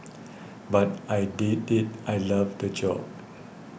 but I did it I loved the job